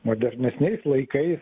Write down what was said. modernesniais laikais